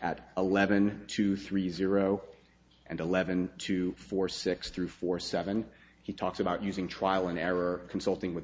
at eleven to three zero and eleven two four six through four seven he talks about using trial and error consulting with